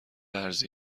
ارزی